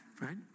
Right